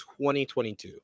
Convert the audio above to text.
2022